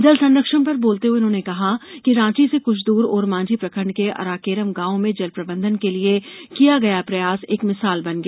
जल संरक्षण पर बोलते हुए उन्होंने कहा कि रांची से कुछ दूर ओरमांझी प्रखण्ड के आराकेरम गांव में जल प्रबंधन के लिये किया गया प्रयास एक मिसाल बन गया